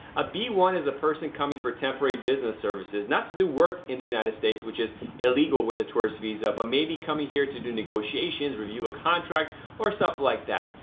a b one is a person coming for temporary business services not to do work in the united states, which is illegal with a tourist visa, but maybe coming here to do negotiations, review a contract or stuff like that.